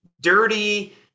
dirty